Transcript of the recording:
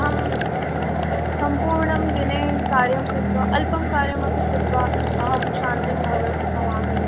अहं सम्पूर्णं दिने कार्यं कृत्वा अल्पं कार्यम् अपि कृत्वा अहं श्रान्तिं भवामि